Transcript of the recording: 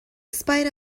spite